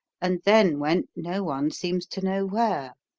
and then went no one seems to know where.